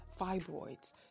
fibroids